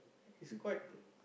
is quite